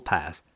Pass